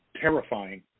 terrifying